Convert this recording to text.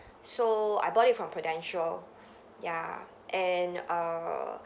so I bought it from Prudential ya and err